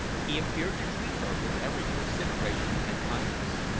he appeared to treat her with every consideration and kindness.